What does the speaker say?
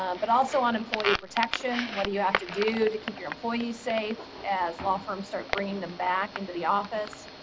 ah but also on employee protection, what do you have to do to keep your employees safe as law firms start bringing them back into the office.